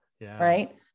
Right